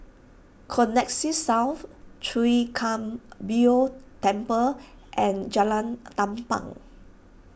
Connexis South Chwee Kang Beo Temple and Jalan Tampang